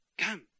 come